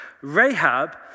Rahab